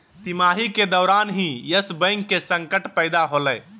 तिमाही के दौरान ही यस बैंक के संकट पैदा होलय